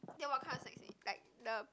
then what kind of snacks is it like the